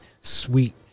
sweet